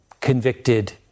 convicted